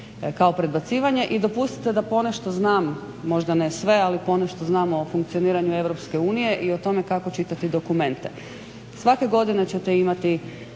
kao predbacivanje. I dopustite da ponešto znam možda ne sve, ali ponešto znam o funkcioniranju EU i o tome kako čitati dokumente. Svake godine ćete imati